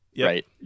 right